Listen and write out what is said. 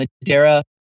Madeira